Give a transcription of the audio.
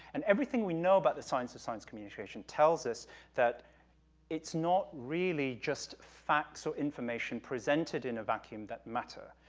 and everything we know about the science and science communication tells us that it's not really just facts or information presented in a vacuum that matter.